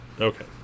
Okay